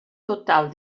total